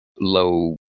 low